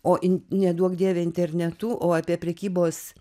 o neduok dieve internetu o apie prekybos